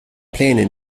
pläne